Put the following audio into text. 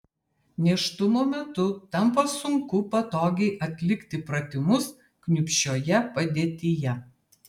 nėštumo metu tampa sunku patogiai atlikti pratimus kniūpsčioje padėtyje